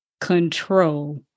control